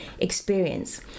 experience